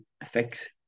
affects